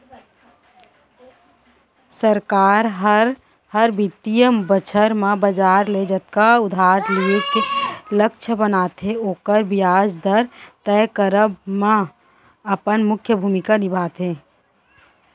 सरकार हर, हर बित्तीय बछर म बजार ले जतका उधार लिये के लक्छ बनाथे ओकर बियाज दर तय करब म अपन मुख्य भूमिका निभाथे